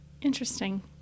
Interesting